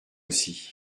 aussi